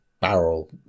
barrel